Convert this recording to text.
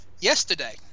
yesterday